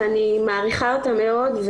ואני מעריכה אותה מאוד,